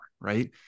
right